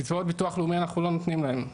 קצבאות ביטוח לאומי אנחנו לא נותנים להם.